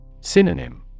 Synonym